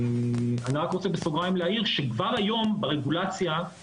אני רק רוצה בסוגריים להעיר שכבר היום ברגולציה יש חובת הדרכה.